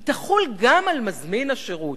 היא תחול גם על מזמין השירות.